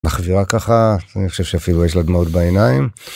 בחבירה ככה אני חושב שאפילו יש לה דמעות בעיניים.